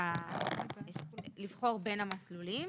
לבחור בין המסלולים.